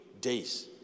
days